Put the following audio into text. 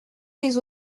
les